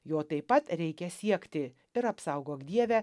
jo taip pat reikia siekti ir apsaugok dieve